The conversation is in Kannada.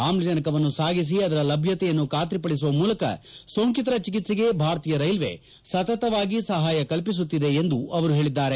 ಆಮ್ಲಜನಕವನ್ನು ಸಾಗಿಸಿ ಅದರ ಲಭ್ಲತೆಯನ್ನು ಬಾತ್ರಿಪಡಿಸುವ ಮೂಲಕ ಸೋಂಕಿತರ ಚಿಕಿತ್ಸೆಗೆ ಭಾರತೀಯ ರೈಲ್ವೇ ಸತತವಾಗಿ ಸಹಾಯ ಕಲ್ಪಿಸುತ್ತಿದೆ ಎಂದು ಅವರು ಹೇಳಿದ್ದಾರೆ